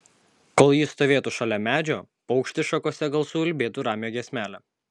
kol ji stovėtų šalia medžio paukštis šakose gal suulbėtų ramią giesmelę